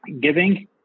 giving